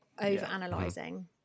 over-analyzing